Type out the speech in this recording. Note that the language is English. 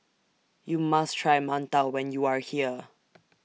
YOU must Try mantou when YOU Are here